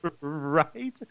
Right